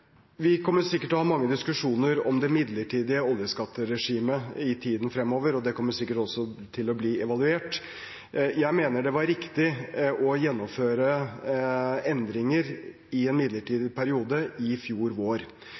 midlertidige oljeskatteregimet i tiden fremover, og det kommer sikkert også til å bli evaluert. Jeg mener det var riktig å gjennomføre endringer i en midlertidig periode i fjor vår.